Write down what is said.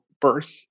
birth